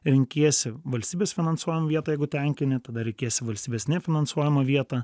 renkiesi valstybės finansuojamą vietą jeigu tenkini tada reikės į valstybės nefinansuojamą vietą